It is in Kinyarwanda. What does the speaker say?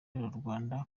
rwanda